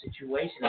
situation